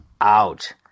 out